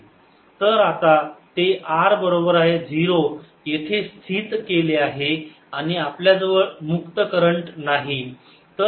तर आता ते r बरोबर 0 येथे स्थित केले आहे आणि आपल्याजवळ मुक्त करंट नाही